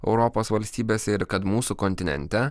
europos valstybėse ir kad mūsų kontinente